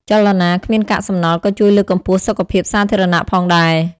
ចលនាគ្មានកាកសំណល់ក៏ជួយលើកកម្ពស់សុខភាពសាធារណៈផងដែរ។